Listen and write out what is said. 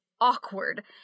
awkward